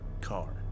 car